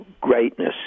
greatness